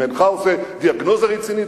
אם אינך עושה דיאגנוזה רצינית,